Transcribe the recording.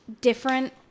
different